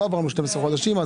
לא עברנו 12 חודשים.